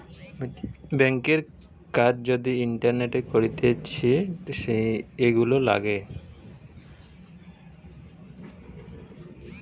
ব্যাংকের কাজ যদি ইন্টারনেটে করতিছে, এগুলা লাগে